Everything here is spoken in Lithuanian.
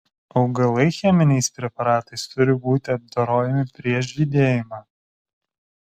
augalai cheminiais preparatais turi būti apdorojami prieš žydėjimą